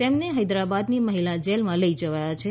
તેમને હૈદરાબાદની મહિલા જેલમાં લઈ જવાયા છે